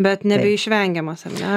bet nebeišvengiamas ar ne